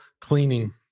cleaning